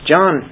John